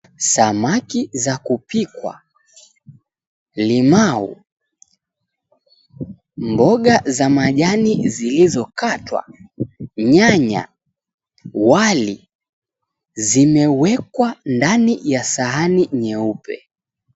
Samaki za kupikwa, limau mboga za majani zilizokatwa ,nyanya, wali zimewekwa ndani ya sahani nyeupe .